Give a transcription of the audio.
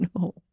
no